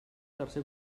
tercer